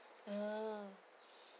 mm